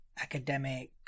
academic